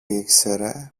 ήξερε